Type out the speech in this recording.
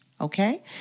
Okay